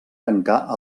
tancar